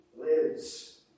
lives